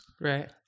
right